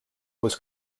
was